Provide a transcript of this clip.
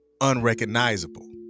unrecognizable